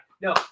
no